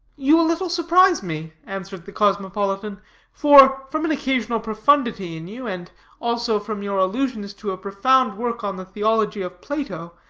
you a little surprise me, answered the cosmopolitan for, from an occasional profundity in you, and also from your allusions to a profound work on the theology of plato,